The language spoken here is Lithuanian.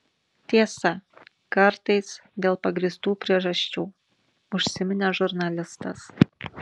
tiesa kartais dėl pagrįstų priežasčių užsiminė žurnalistas